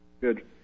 Good